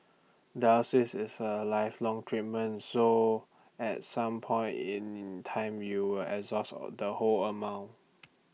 is A lifelong treatment so at some point in time you will exhaust all the whole amount